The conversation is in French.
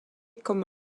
comme